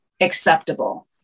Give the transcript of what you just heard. acceptable